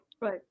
right